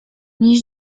nie